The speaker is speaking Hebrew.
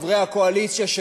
חברי הקואליציה,